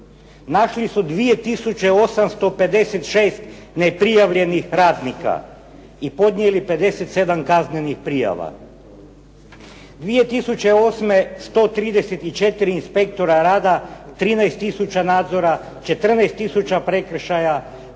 Našli su 2856 neprijavljenih radnika i podnijeli 57 kaznenih prijava. 2008. 134 inspektora rada 13000 nadzora, 14000 prekršaja,